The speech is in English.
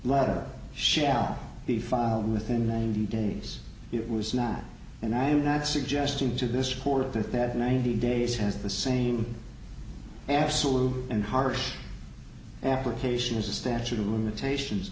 letter shall be filed within ninety days it was not and i am not suggesting to this court that that ninety days has the same absolute and harsh application as a statute of limitations